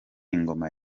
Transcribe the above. ingoma